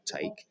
Take